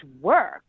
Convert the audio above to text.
work